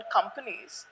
companies